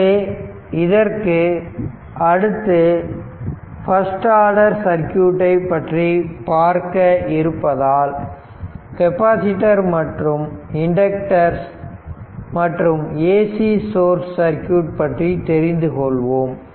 எனவே இதற்கு அடுத்து பஸ்ட் ஆர்டர் சர்க்யூட்டை பற்றி பார்க்க இருப்பதால் கெபாசிட்டர் மற்றும் இண்டக்டர்ஸ் மற்றும் AC சோர்ஸ் சர்க்யூட் பற்றி தெரிந்து கொள்வோம்